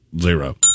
Zero